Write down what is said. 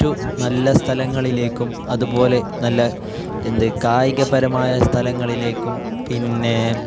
നല്ല സ്ഥലങ്ങളിലേക്കും അതു പോലെ നല്ല എന്താണ് കായികപരമായ സ്ഥലങ്ങളിലേക്കും പിന്നെ